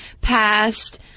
past